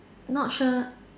not sure